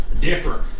Different